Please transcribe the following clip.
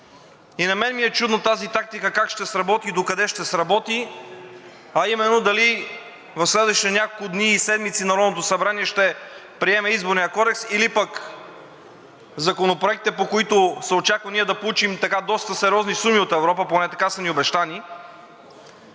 И на мен ми е чудно тази тактика как ще сработи и докъде ще сработи, а именно дали в следващите няколко дни и седмици Народното събрание ще приеме Изборния кодекс, или пък законопроектите, по които се очаква ние да получим доста сериозни суми от Европа, поне така са ни обещани,